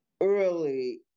early